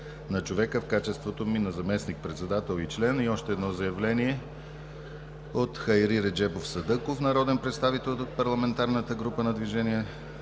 на човека в качеството ми на заместник-председател и член.“ И още едно заявление – от Хайри Реджебов Садъков, народен представител от парламентарната група на Движението